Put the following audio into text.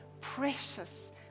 precious